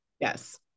Yes